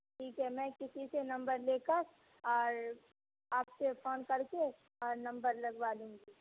ٹھیک ہے میں کسی سے نمبر لے کر اور آپ سے فون کر کے اور نمبر لگوا لوں گی